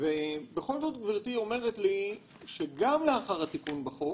לפני השינוי בחוק,